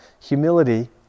Humility